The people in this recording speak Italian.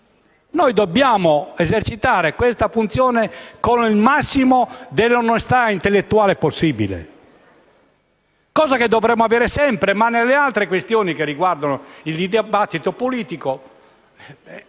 Noi dobbiamo esercitare questa funzione con il massimo dell'onestà intellettuale possibile, cosa che dovremmo avere sempre, se nelle altre questioni che riguardano il dibattito politico